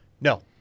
No